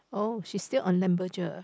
oh she's still on